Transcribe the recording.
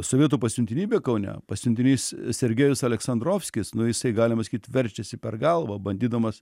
sovietų pasiuntinybė kaune pasiuntinys sergejus aleksandrovskis nu jisai galima sakyt verčiasi per galvą bandydamas